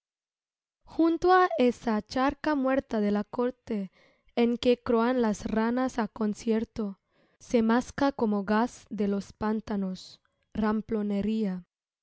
junto á esa charca muerta de la corte en que croan las ranas á concierto se masca como gas de los pantanos